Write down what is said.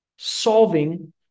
Solving